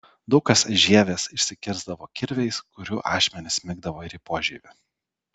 daug kas žievės išsikirsdavo kirviais kurių ašmenys smigdavo ir į požievį